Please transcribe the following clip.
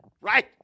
right